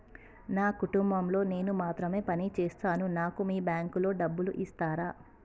నా కుటుంబం లో నేను మాత్రమే పని చేస్తాను నాకు మీ బ్యాంకు లో డబ్బులు ఇస్తరా?